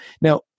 Now